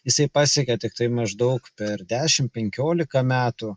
jisai pasiekė tiktai maždaug per dešimt penkiolika metų